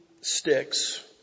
sticks